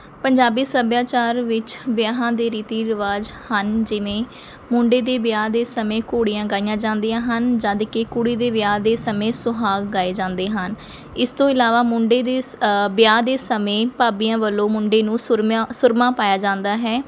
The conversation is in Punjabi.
ਪੰਜਾਬੀ ਸੱਭਿਆਚਾਰ ਵਿੱਚ ਵਿਆਹਾਂ ਦੇ ਰੀਤੀ ਰਿਵਾਜ਼ ਹਨ ਜਿਵੇਂ ਮੁੰਡੇ ਦੇ ਵਿਆਹ ਦੇ ਸਮੇਂ ਘੋੜੀਆਂ ਗਾਈਆਂ ਜਾਂਦੀਆਂ ਹਨ ਜਦ ਕਿ ਕੁੜੀ ਦੇ ਵਿਆਹ ਦੇ ਸਮੇਂ ਸੁਹਾਗ ਗਾਏ ਜਾਂਦੇ ਹਨ ਇਸ ਤੋਂ ਇਲਾਵਾ ਮੁੰਡੇ ਦੇ ਵਿਆਹ ਦੇ ਸਮੇਂ ਭਾਬੀਆਂ ਵੱਲੋਂ ਮੁੰਡੇ ਨੂੰ ਸੁਰਮਿਆਂ ਸੁਰਮਾ ਪਾਇਆ ਜਾਂਦਾ ਹੈ